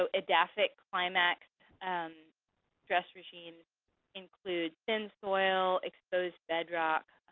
ah edaphic climax stress regimes include thin soil, exposed bedrock,